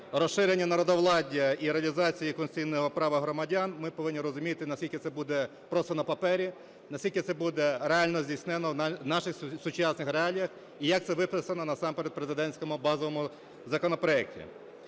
розширення народовладдя і реалізації конституційного права громадян, ми повинні розуміти, наскільки це буде просто на папері, наскільки це буде реально здійснено в наших сучасних реаліях, і як це виписано насамперед в президентському базовому законопроекті.